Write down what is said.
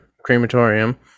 crematorium